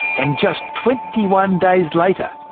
and just twenty one days later,